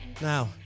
Now